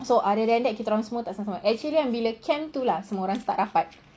so other than kita orang semua tak sama-sama actually bila camp itu lah semua orang start rapat